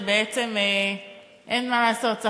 ובעצם אין מה לעשות,